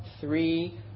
three